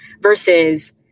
versus